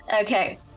Okay